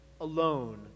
alone